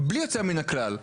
בלי יוצא מן הכלל,